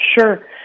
Sure